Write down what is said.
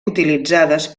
utilitzades